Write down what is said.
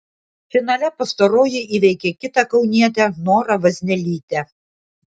finale pastaroji įveikė kitą kaunietę norą vaznelytę